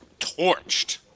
torched